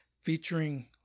featuring